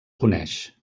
coneix